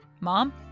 Mom